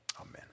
Amen